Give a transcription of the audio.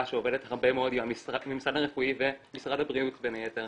שעובדת הרבה מאוד עם הבריאות בין היתר.